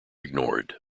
ignored